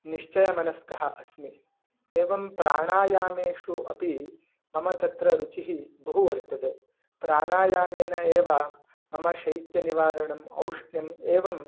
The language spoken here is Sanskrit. निश्चयमनस्कः अस्मि एवं प्राणायामेषु अपि मम तत्र रुचिः बहु वर्तते प्राणायामेन एव मम शैत्यनिवारणम् औष्ण्यम् एवं